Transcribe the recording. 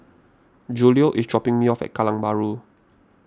Julio is dropping me off at Kallang Bahru